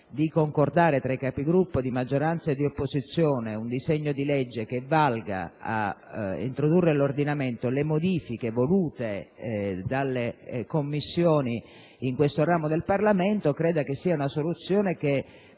di concordare tra i Capigruppo di maggioranza e di opposizione un disegno di legge che valga ad introdurre nell'ordinamento le modifiche volute dalle Commissioni in questo ramo del Parlamento. Credo che tale soluzione